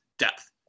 depth